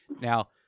Now